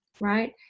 right